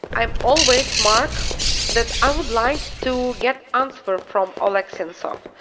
i always mark that i would like to get answer from oleg sentsov.